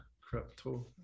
crypto